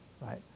right